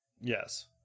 Yes